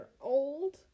old